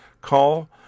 call